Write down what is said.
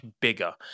bigger